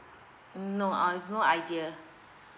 no I've no idea